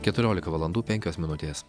keturiolika valandų penkios minutės